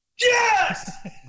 Yes